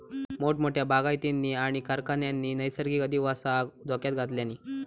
मोठमोठ्या बागायतींनी आणि कारखान्यांनी नैसर्गिक अधिवासाक धोक्यात घातल्यानी